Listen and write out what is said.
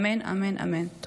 אמן, אמן, אמן.